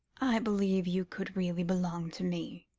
i believe you could really belong to me,